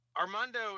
Armando